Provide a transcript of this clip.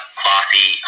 classy